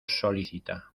solícita